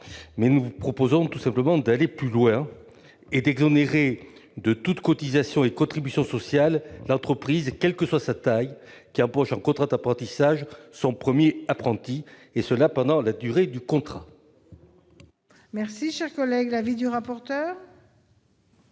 2012. Nous proposons d'aller plus loin et d'exonérer de toute cotisation et contribution sociales l'entreprise, quelle que soit sa taille, qui embauche en contrat d'apprentissage son premier apprenti, et ce pendant la durée du contrat. Quel est l'avis de la